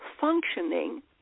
functioning